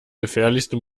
gefährlichste